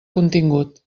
contingut